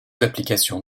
applications